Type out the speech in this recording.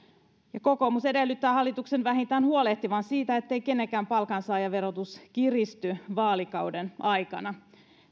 kokoomus edellyttää hallituksen vähintään huolehtivan siitä ettei kenenkään palkansaajan verotus kiristy vaalikauden aikana